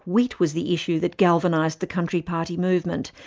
wheat was the issue that galvanised the country party movement,